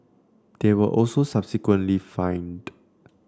they were also subsequently fined